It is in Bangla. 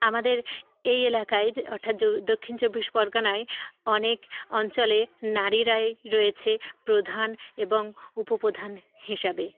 আমাদের এই এলাকায় অর্থাৎ যো দক্ষিণ চব্বিশ পরগনায় অনেক অঞ্চলে নারীরাই রয়েছে প্রধান এবং উপপ্রধান হিসাবে